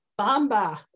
Bamba